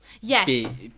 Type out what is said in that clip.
Yes